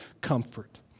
comfort